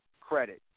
credit